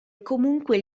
comunque